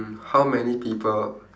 mm how many people